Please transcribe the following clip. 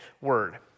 word